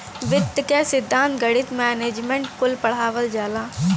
वित्त क सिद्धान्त, गणित, मैनेजमेंट कुल पढ़ावल जाला